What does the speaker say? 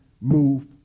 move